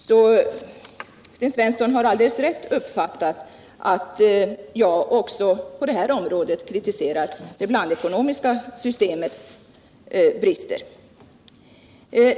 Sten Svensson har alldeles rätt uppfattat att jag också på det här området kritiserar det blandekonomiska systemets brister.